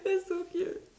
that's so cute